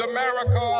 America